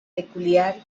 peculiar